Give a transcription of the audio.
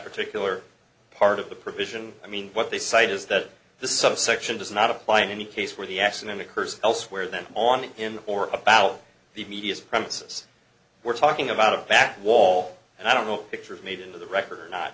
particular part of the provision i mean what they cite is that this subsection does not apply in any case where the accident occurs elsewhere than on him or about the media's premises we're talking about a back wall and i don't know pictures made it into the record